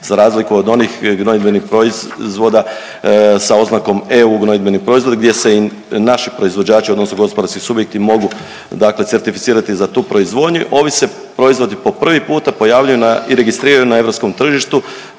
za razliku od onih gnojidbenih proizvoda sa oznakom EU gnojidbeni proizvodi gdje se i naši proizvođači, odnosno gospodarski subjekti mogu dakle certificirati za tu proizvodnju ovi se proizvodi po prvi puta pojavljuju na i registriraju na europskom tržištu